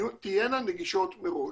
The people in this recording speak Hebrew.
תהיינה נגישות מראש.